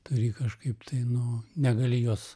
turi kažkaip tai nu negali jos